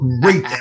great